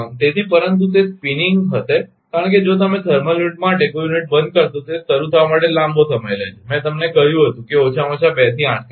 તેથી પરંતુ તે સ્પીનીંગ હશે કારણ કે જો તમે થર્મલ યુનિટ માટે કોઈ યુનિટ બંધ કરશો તો તે શરૂ થવા માટે લાંબો સમય લે છે મેં તમને કહ્યું હતું કે ઓછામાં ઓછા 2 થી 8 કલાક